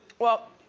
well,